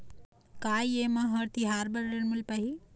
का ये म हर तिहार बर ऋण मिल पाही?